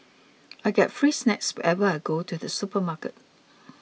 I get free snacks whenever I go to the supermarket